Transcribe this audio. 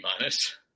minus